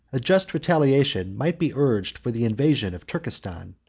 a just retaliation might be urged for the invasion of turkestan,